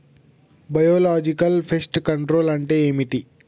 Biological pest control అంటే ఏమిటి?